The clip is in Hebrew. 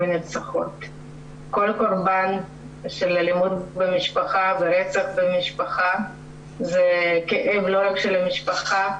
כל קורבן של אלימות במשפחה ורצח במשפחה זה כאב לא רק של המשפחה,